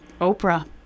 Oprah